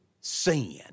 sin